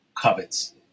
covets